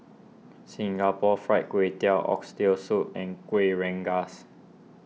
Singapore Fried Kway Tiao Oxtail Soup and Kuih Rengas